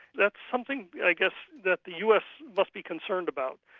that's something i guess that the us must be concerned about.